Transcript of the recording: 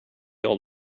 old